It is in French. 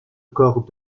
corps